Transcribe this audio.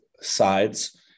sides